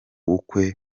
bukwe